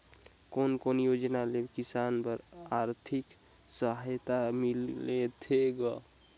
कोन कोन योजना ले किसान बर आरथिक सहायता मिलथे ग?